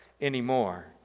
anymore